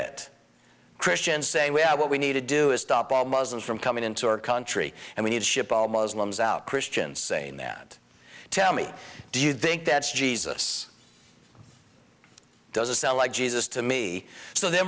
it christians say we have what we need to do is stop all muslims from coming into our country and we need ship all muslims out christians saying that tell me do you think that's jesus does a cell like jesus to me so the